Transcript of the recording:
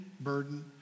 burden